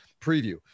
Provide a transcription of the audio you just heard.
preview